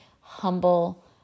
humble